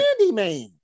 Candyman